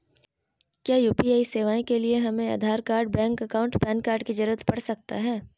क्या यू.पी.आई सेवाएं के लिए हमें Aadhaar card bank account PAN card की जरूरत पड़ सकता है?